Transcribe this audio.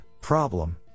problem